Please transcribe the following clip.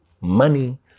money